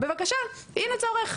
בבקשה, הנה צורך.